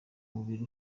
umubiri